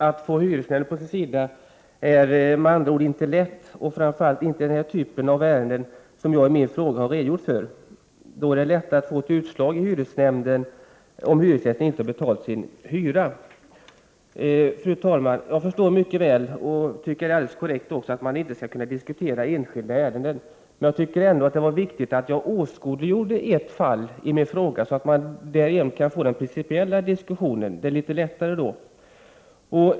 Att få hyresnämnden på sin sida är med andra ord inte lätt, och framför allt inte i den typ av ärenden som jag har redogjort för i min fråga. Det är lättare att få utslag i hyresnämnden om hyresgästen inte betalat sin hyra. Fru talman! Jag förstår mycket väl och tycker att det är alldeles korrekt att man inte här skall diskutera enskilda fall. Jag tycker ändå att det var viktigt Prot. 1988/89:68 att åskådliggöra ett fall i frågan för att vi därigenom kan få en principiell 16 februari 1989 diskussion.